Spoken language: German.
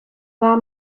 war